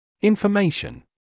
Information